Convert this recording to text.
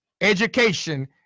education